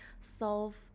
solve